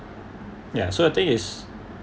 ya so the thing is